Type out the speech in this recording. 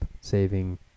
saving